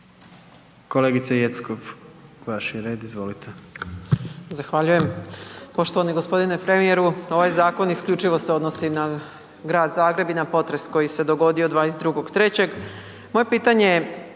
Kolegice Jeckov vaš je red. Izvolite.